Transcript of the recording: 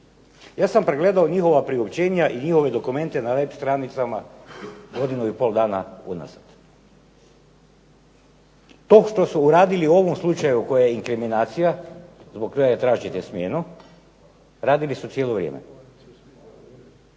Ja sam pregledao njihova priopćenja i njihove dokumente na web stranicama godinu i pol dana unazad. To što su uradili u ovom slučaju koje je inkriminacija zbog kojega tražite smjenu radili su cijelo vrijeme.